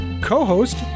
co-host